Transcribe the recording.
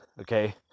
Okay